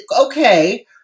okay